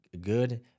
good